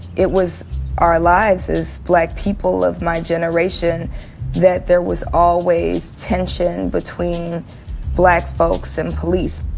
it was our lives as black people of my generation that there was always tension between black folks and police.